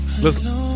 listen